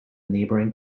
neighbouring